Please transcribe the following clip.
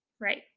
Right